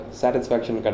satisfaction